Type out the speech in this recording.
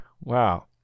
wow